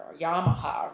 Yamaha